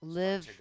live